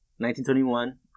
1921